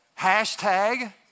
hashtag